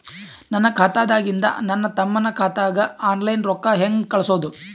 ನನ್ನ ಖಾತಾದಾಗಿಂದ ನನ್ನ ತಮ್ಮನ ಖಾತಾಗ ಆನ್ಲೈನ್ ರೊಕ್ಕ ಹೇಂಗ ಕಳಸೋದು?